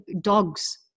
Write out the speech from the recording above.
dogs